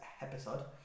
episode